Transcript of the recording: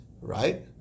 right